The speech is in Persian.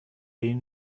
این